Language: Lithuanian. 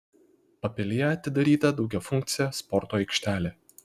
papilyje atidaryta daugiafunkcė sporto aikštelė